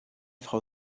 frau